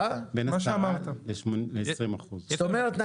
זאת אומרת,